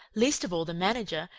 least of all the manager,